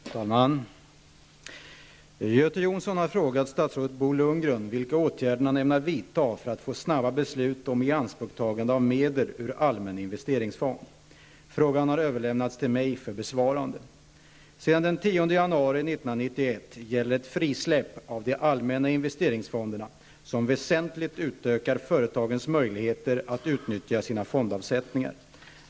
Fru talman! Göte Jonsson har frågat statsrådet Bo Lundgren vilka åtgärder han ämnar vidta för att få snabba beslut om ianspråktagande av medel ur allmän investeringsfond. Frågan har överlämnats till mig för besvarande. Sedan den 10 januari 1991 gäller ett frisläpp av de allmänna investeringsfonderna som väsentligt utökar företagens möjligheter att utnyttja sina fondavsättningar.